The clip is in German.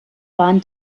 waren